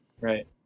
Right